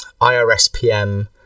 irspm